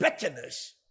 bitterness